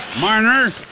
Marner